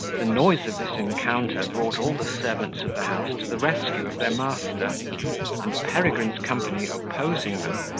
the noise of this encounter brought all the servants of the house to the rescue of their master and peregrine's company opposing them,